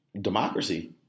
Democracy